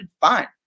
fine